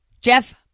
Jeff